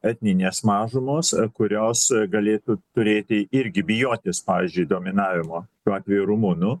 etninės mažumos kurios galėtų turėti irgi bijotis pavyzdžiui dominavimo tuo atveju rumunų